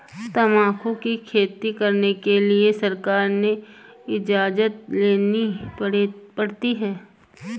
तंबाकू की खेती करने के लिए सरकार से इजाजत लेनी पड़ती है